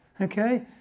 Okay